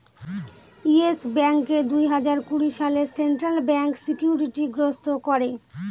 yes ব্যাঙ্ককে দুই হাজার কুড়ি সালে সেন্ট্রাল ব্যাঙ্ক সিকিউরিটি গ্রস্ত করে